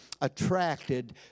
attracted